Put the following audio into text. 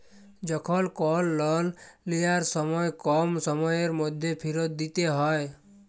যখল কল লল লিয়ার সময় কম সময়ের ম্যধে ফিরত দিইতে হ্যয়